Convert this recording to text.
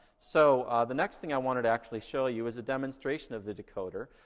so the next thing i wanted to actually show you is a demonstration of the decoder.